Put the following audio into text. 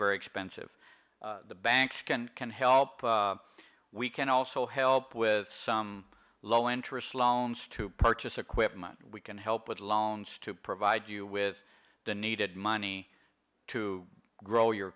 very expensive the banks can can help we can also help with some low interest loans to purchase equipment we can help with loans to provide you with the needed money to grow your